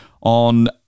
on